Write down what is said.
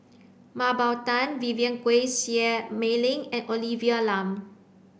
Mah Bow Tan Vivien Quahe Seah Mei Lin and Olivia Lum